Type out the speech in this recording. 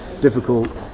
difficult